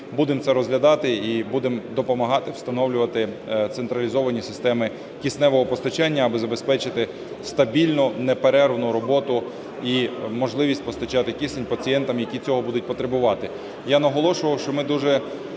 будемо це розглядати і будемо допомагати встановлювати централізовані системи кисневого постачання, аби забезпечити стабільну, неперервну роботу і можливість постачати кисень пацієнтам, які цього будуть потребувати.